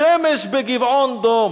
"שמש בגבעון דום